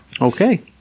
Okay